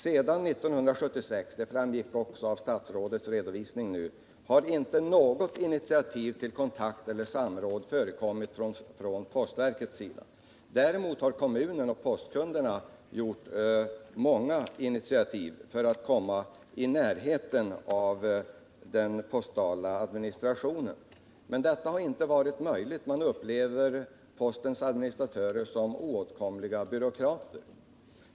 Sedan 1976 — det framgick också av statsrådets redovisning — har inte något initiativ till kontakt eller samråd förekommit från postverkets sida. Däremot har kommunen och postkunderna tagit många initiativ för att komma på reell talefot med postens administratörer. Men detta har inte varit möjligt. Man upplever postens adminstratörer som oåtkomliga byråkrater.